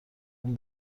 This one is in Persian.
اون